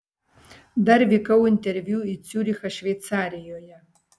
dar vykau interviu į ciurichą šveicarijoje